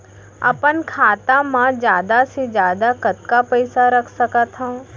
अपन खाता मा जादा से जादा कतका पइसा रख सकत हव?